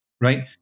right